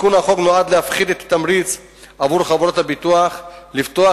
תיקון החוק נועד להפחית את התמריץ עבור חברות הביטוח לפתוח